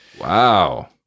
Wow